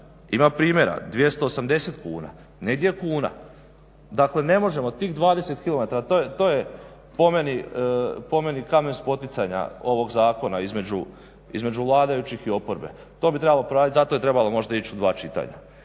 ima primjera, 280 kuna, negdje je kuna. Dakle, ne možemo tih 20 km, to je po meni kamen spoticanja ovog zakona između vladajućih i oporbe. To bi trebalo poraditi, zato je trebalo možda ići u dva čitanja.